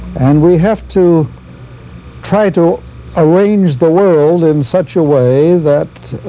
and we have to try to arrange the world in such a way that